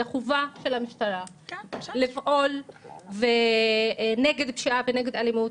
זו חובה של המשטרה לפעול נגד פשיעה ואלימות,